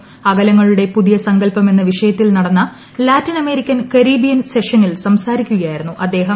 അകലങ്ങളുടെ പുതിയ സങ്കള്പ്പെട് എന്ന വിഷയത്തിൽ നടന്ന ലാറ്റിനമേരിക്കൻ കരീബിയ്ടൻ ് സ്െഷനിൽ സംസാരിക്കുകയായി രുന്നു അദ്ദേഹം